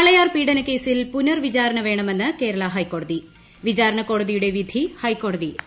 വാളയാർ പീഡന കേസിൽ പുനർവിചാരണ വേണമെന്ന് കേരള ഹൈക്കോടതി വിചാരണക്കോടതിയുടെ വിധി ഹൈക്കോടതി റദ്ദാക്കി